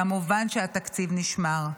כמובן שהתקציב נשמר,